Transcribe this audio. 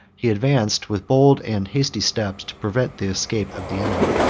he advanced with bold and hasty steps to prevent the escape of the enemy.